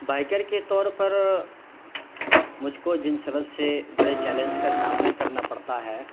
biker کے طور پر مجھ کو جن سبب سے بڑے چیلنج کا سامنا کرنا پڑتا ہے